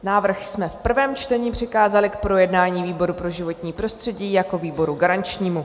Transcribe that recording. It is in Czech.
Návrh jsme v prvém čtení přikázali k projednání výboru pro životní prostředí jako výboru garančnímu.